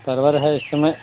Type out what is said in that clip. परवल है इस समय